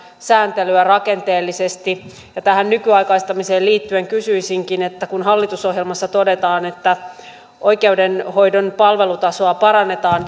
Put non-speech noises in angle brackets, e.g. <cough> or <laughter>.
sääntelyä rakenteellisesti ja tähän nykyaikaistamiseen liittyen kysyisinkin kun hallitusohjelmassa todetaan että oikeudenhoidon palvelutasoa parannetaan <unintelligible>